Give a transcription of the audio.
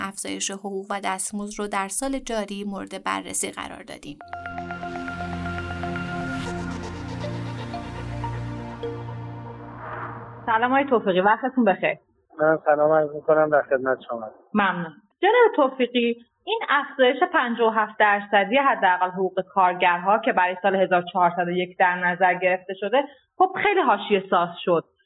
افزایش حقوق و دستمزد رو در سال جاری مورد بررسی قرار دادیم. سلام آی توفیقی، وقتتون بخیر. من سلام عرض می‌کنم، در خدمت شما هستم. ممنون. جناب توفیقی، این افزایش 57 درصدی حداقل حقوق کارگرها که برای سال 1401 در نظر گرفته شده، خب خیلی حاشیه‌ساز شد.